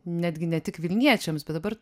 netgi ne tik vilniečiams bet dabar